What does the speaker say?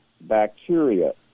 bacteria